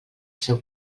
seu